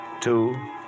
Two